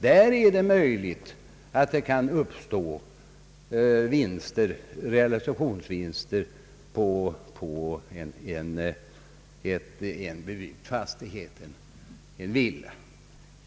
Där är det möjligt att det kan uppstå realisationsvinster vid försäljning av en villa eller annan bebyggd fastighet.